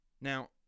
Now